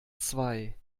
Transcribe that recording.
zwei